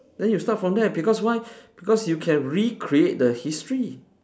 then you start from there because why because you can recreate the history